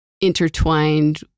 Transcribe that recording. intertwined